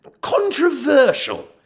controversial